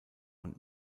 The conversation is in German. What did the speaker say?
und